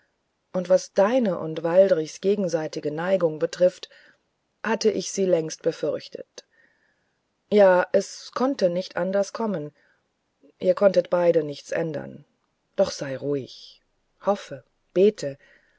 und was deine und waldrichs gegenseitige neigung betrifft hatte ich sie längst befürchtet ja es konnte nichts anders kommen ihr konntet beide nichts ändern doch sei ruhig hoffe bete